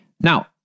Now